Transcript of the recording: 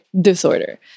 disorder